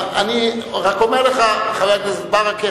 חבר הכנסת ברכה, אני רק אומר לך, חד-משמעית: